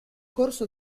corso